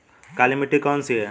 काली मिट्टी कौन सी है?